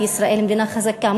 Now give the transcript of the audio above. וישראל מדינה חזקה,